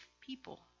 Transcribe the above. people